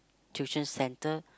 tuition centre